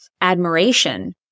admiration